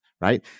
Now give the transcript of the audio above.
right